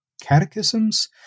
catechisms